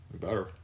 better